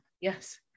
Yes